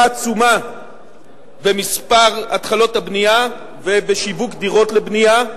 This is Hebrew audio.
עצומה במספר התחלות הבנייה ובשיווק דירות לבנייה,